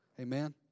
Amen